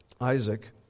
Isaac